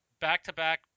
back-to-back